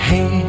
Hey